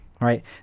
right